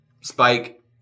spike